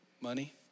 Money